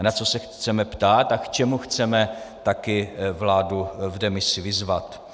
Na co se chceme ptát a k čemu chceme také vládu v demisi vyzvat.